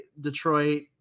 Detroit